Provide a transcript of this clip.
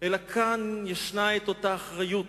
אלא כאן יש אותה אחריות